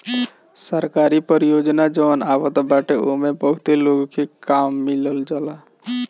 सरकारी परियोजना जवन आवत बाटे ओमे बहुते लोग के काम मिल जाला